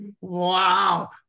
Wow